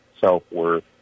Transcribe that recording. self-worth